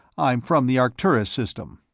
i'm from the arcturus system.